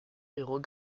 héros